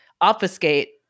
obfuscate